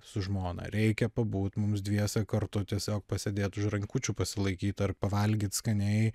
su žmona reikia pabūt mums dviese kartu tiesiog pasėdėt už rankučių pasilaikyt ar pavalgyt skaniai